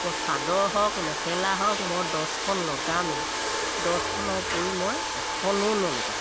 মই চাদৰ হওক মেখেলা হওক মই দছখন লগামেই দছখনৰ ওপৰি মই এখনো নলগাওঁ